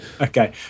Okay